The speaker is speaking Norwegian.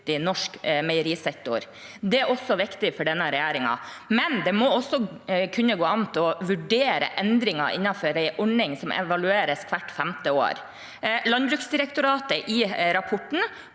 norsk meierisektor. Det er også viktig for denne regjeringen, men det må også kunne gå an å vurdere endringer innenfor en ordning som evalueres hvert femte år. Landbruksdirektoratet konkluderer